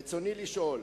רצוני לשאול: